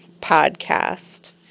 podcast